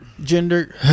gender